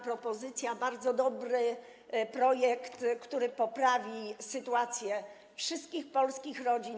propozycja, bardzo dobry projekt, który poprawi sytuację wszystkich polskich rodzin.